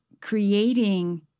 creating